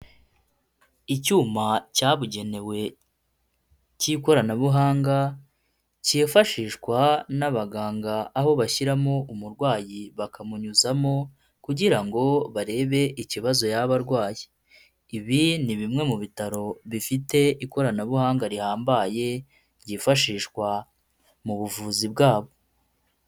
Icyuma cyabugenewe cy'ikoranabuhanga cyifashishwa n'abaganga aho bashyiramo umurwayi bakamunyuzamo kugira ngo barebe ikibazo yaba arwaye, ibi ni bimwe mu bitaro bifite ikoranabuhanga rihambaye ryifashishwa mu buvuzi bwabo.